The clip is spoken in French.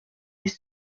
lui